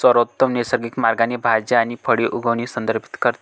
सर्वोत्तम नैसर्गिक मार्गाने भाज्या आणि फळे उगवणे संदर्भित करते